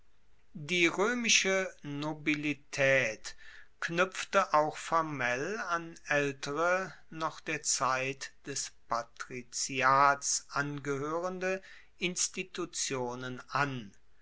die roemische nobilitaet knuepfte auch formell an aeltere noch der zeit des patriziats angehoerende institutionen an